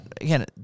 again